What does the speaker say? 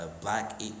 black